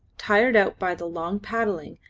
tired out by the long paddling,